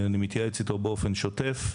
אני מתייעץ איתו באופן שוטף.